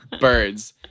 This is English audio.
birds